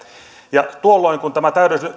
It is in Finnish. ja tuolloin kun tämä